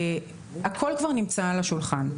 הכול כבר נמצא על השולחן,